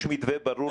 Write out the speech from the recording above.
ברמה מדינתית,